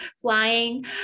flying